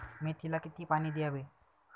मेथीला किती पाणी द्यावे?